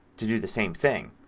to do the same thing.